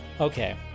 Okay